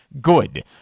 good